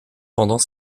pendant